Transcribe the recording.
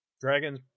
Dragons